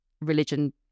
religion